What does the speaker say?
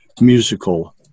musical